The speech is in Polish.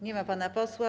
Nie ma pana posła.